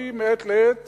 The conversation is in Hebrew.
אני מעת לעת